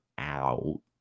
out